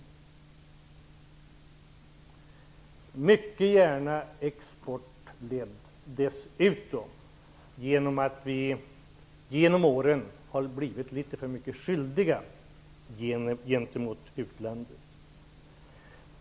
Dessutom kan det mycket gärna vara fråga om export, eftersom vi genom åren har blivit litet för mycket skyldiga gentemot utlandet.